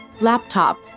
Laptop